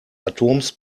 atoms